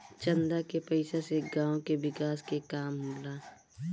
चंदा के पईसा से गांव के विकास के काम होला